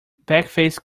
backface